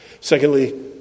Secondly